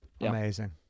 Amazing